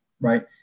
right